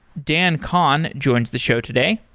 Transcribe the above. dan kohn joins the show today.